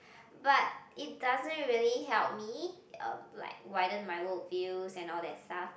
but it doesn't really help me uh like widen my worldview and all that stuff